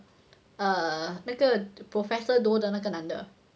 um 那个 professor do 的那个男的